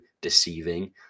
deceiving